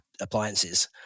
appliances